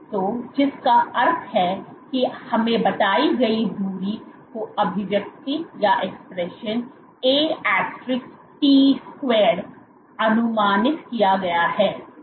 तो जिसका अर्थ है कि हमें बताई गई दूरी को अभिव्यक्ति at2अनुमानित किया गया है